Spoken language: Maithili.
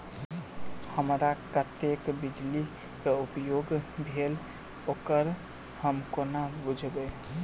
हमरा कत्तेक बिजली कऽ उपयोग भेल ओकर हम कोना बुझबै?